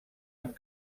amb